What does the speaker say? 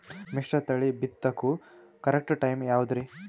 ಮಿಶ್ರತಳಿ ಬಿತ್ತಕು correct time ಯಾವುದರಿ?